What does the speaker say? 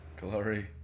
glory